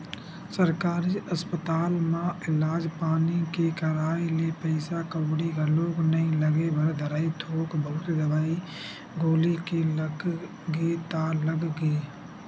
सरकारी अस्पताल म इलाज पानी के कराए ले पइसा कउड़ी घलोक नइ लगे बर धरय थोक बहुत दवई गोली के लग गे ता लग गे